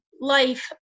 life